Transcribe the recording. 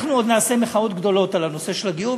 אנחנו עוד נעשה מחאות גדולות על הנושא של הגיור,